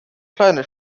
kleine